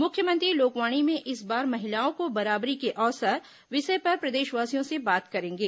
मुख्यमंत्री लोकवाणी में इस बार महिलाओं को बराबरी के अवसर विषय पर प्रदेशवासियों से बात करेंगे